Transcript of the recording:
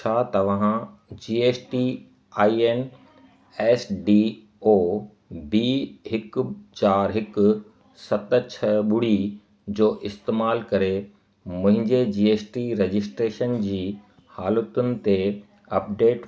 छा तव्हां G S T I N S D O B हिकु चार हिकु सत छह ॿुड़ी जो इस्तेमाल करे मुंहिंजे जी एस टी रजिस्ट्रेशन जी हालतुनि ते अपडेट